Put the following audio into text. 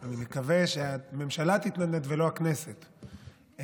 אני מקווה שהממשלה תתנדנד, ולא הכנסת.